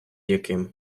яким